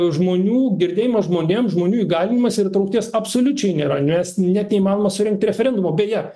žmonių girdėjimas žmonėm žmonių įgalinimas ir įtraukties absoliučiai nėra nes net neįmanoma surengt referendumo beje